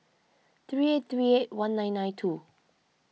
three eight three eight one nine nine two